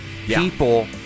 people